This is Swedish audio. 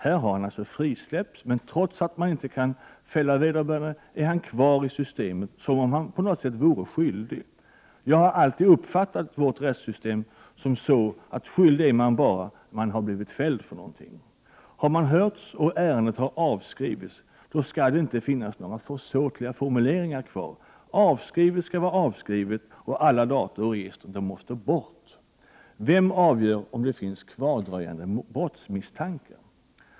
Han har släppts fri, men trots att man inte kan fälla vederbörande är han kvar i systemet som om han på något sätt vore skyldig. Jag har alltid uppfattat vårt rättssystem som så att skyldig är man bara om man har blivit fälld för någonting. Har man hörts och ärendet har avskrivits, så skall det inte finnas några försåtliga formuleringar kvar. Avskrivet skall vara avskrivet, och alla data och register måste bort. Vem avgör om det finns kvardröjande brottsmisstanke?